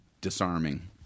disarming